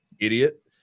idiot